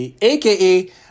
aka